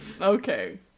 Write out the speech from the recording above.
Okay